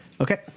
Okay